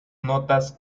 notas